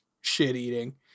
shit-eating